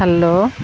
hello